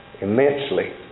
immensely